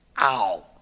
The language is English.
Ow